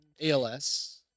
ALS